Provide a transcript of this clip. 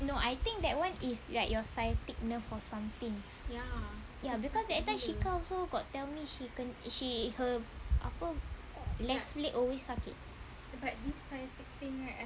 no I think that [one] is your sciatic nerve or something ya because that time shika also got tell me she kena her apa left leg always sakit